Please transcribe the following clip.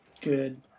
Good